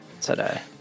today